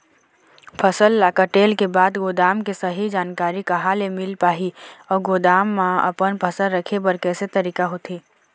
फसल ला कटेल के बाद गोदाम के सही जानकारी कहा ले मील पाही अउ गोदाम मा अपन फसल रखे बर कैसे तरीका होथे?